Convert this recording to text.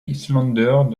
islanders